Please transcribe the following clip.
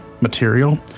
material